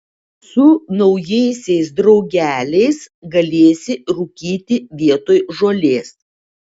su naujaisiais draugeliais galėsi rūkyti vietoj žolės